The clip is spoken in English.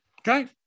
Okay